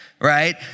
right